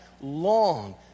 long